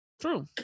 True